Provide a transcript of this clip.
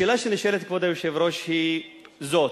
השאלה שנשאלת, כבוד היושב-ראש, היא זאת: